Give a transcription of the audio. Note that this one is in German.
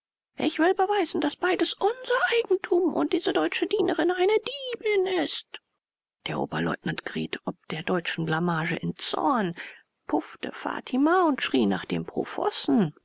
ich will beweisen daß beides unser eigentum und diese deutsche dienerin eine diebin ist der oberleutnant geriet ob der deutschen blamage in zorn puffte fatima und schrie nach dem profossen